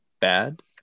bad